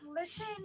listen